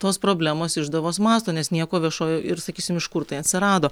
tos problemos išdavos masto nes nieko viešoj ir sakysim iš kur tai atsirado